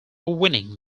winning